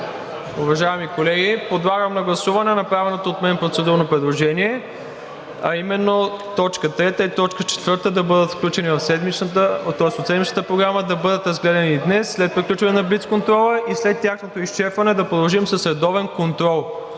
Уважаеми колеги, подлагам на гласуване направеното от мен процедурно предложение, а именно т. 3 и т. 4 от Седмичната програма да бъдат разгледани днес след приключване на блицконтрола и след тяхното изчерпване да продължим с редовен контрол